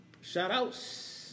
Shout-outs